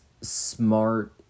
smart